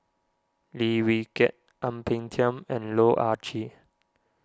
Lim Wee Kiak Ang Peng Tiam and Loh Ah Chee